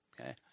okay